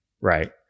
right